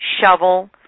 shovel